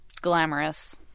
Glamorous